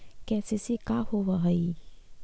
KCC का होव हइ?